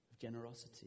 generosity